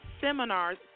seminars